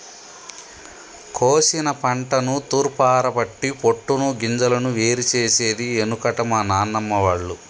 కోశిన పంటను తూర్పారపట్టి పొట్టును గింజలను వేరు చేసేది ఎనుకట మా నానమ్మ వాళ్లు